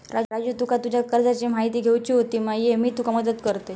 राजू तुका तुज्या कर्जाची म्हायती घेवची होती मा, ये मी तुका मदत करतय